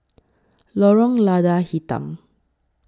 Lorong Lada Hitam